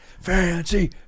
fancy